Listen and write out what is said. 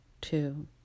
two